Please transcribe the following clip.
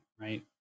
right